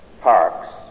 Parks